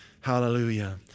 Hallelujah